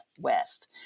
West